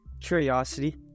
Curiosity